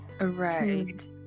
Right